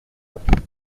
autre